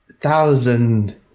thousand